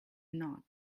nod